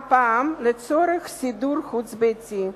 הפעם לצורך סידור חוץ-ביתי,